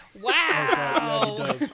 Wow